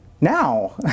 now